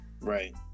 Right